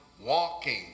walking